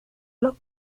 los